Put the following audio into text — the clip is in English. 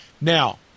Now